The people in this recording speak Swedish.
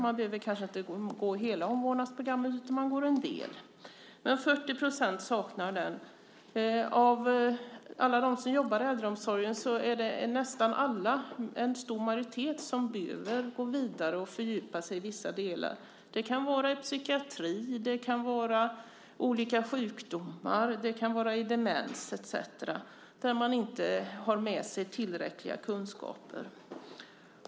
Man kanske inte behöver gå hela omvårdnadsprogrammet utan bara en del. Men 40 % har alltså inte genomgått omvårdnadsprogrammet. En stor majoritet av dem som jobbar inom äldreomsorgen behöver gå vidare för att fördjupa sig i vissa delar. Det kan vara fråga om psykiatri, olika sjukdomar, demens etcetera där man inte har tillräckliga kunskaper.